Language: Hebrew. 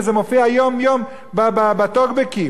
וזה מופיע יום-יום בטוקבקים.